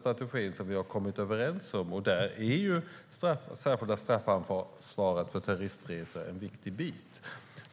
strategi som vi har kommit överens om. Där är det särskilda straffansvaret för terrorresor en viktig bit.